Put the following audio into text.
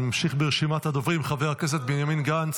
אני ממשיך ברשימת הדוברים: חבר הכנסת בנימין גנץ,